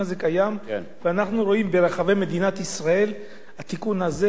ואנחנו רואים ברחבי מדינת ישראל שהתיקון הזה לא תופס,